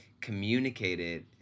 communicated